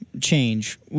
change